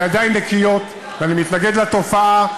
ידי נקיות, ואני מתנגד לתופעה.